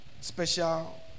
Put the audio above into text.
special